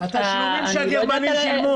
התשלומים שהגרמנים שילמו.